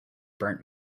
burnt